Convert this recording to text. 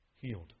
healed